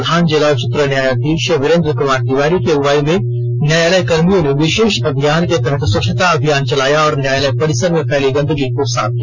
प्रधान जिला एवं सत्र न्यायाधीश वीरेंद्र कुमार तिवारी की अगुवाई में न्यायालय कर्मियों ने विशेष अभियान के तहत स्वच्छता अभियान चलाया और न्यायालय परिसर में फैली गंदगी को साफ किया